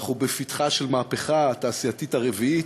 אנחנו בפתחה של המהפכה התעשייתית הרביעית.